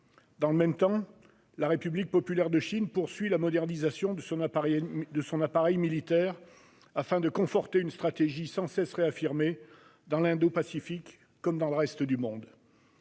Dans le même temps, la République populaire de Chine poursuit la modernisation de son appareil militaire, afin de conforter une stratégie sans cesse réaffirmée dans l'Indo-Pacifique comme dans le reste du monde.